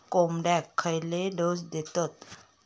कोंबड्यांक खयले डोस दितत?